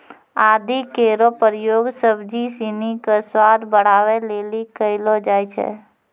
आदि केरो प्रयोग सब्जी सिनी क स्वाद बढ़ावै लेलि कयलो जाय छै